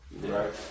right